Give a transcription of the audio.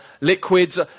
liquids